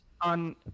on